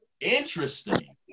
Interesting